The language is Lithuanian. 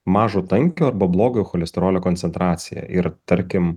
mažo tankio arba blogojo cholesterolio koncentraciją ir tarkim